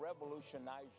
revolutionize